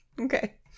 okay